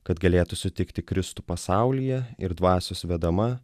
kad galėtų sutikti kristų pasaulyje ir dvasios vedama